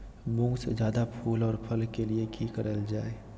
मुंग में जायदा फूल और फल के लिए की करल जाय?